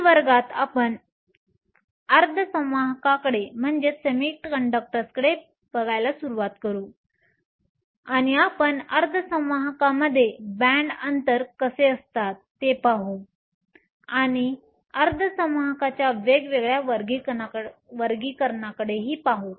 पुढील वर्गात आपण अर्धसंवाहककडे बघायला सुरुवात करू आणि आपण अर्धसंवाहकमध्ये बँड अंतर बँड गॅप कसे असतात ते पाहू आणि अर्धसंवाहकाच्या वेगवेगळ्या वर्गीकरणाकडेही पाहू